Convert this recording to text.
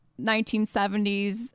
1970s